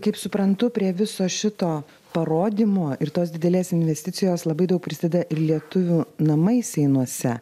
kaip suprantu prie viso šito parodymo ir tos didelės investicijos labai daug prisideda ir lietuvių namai seinuose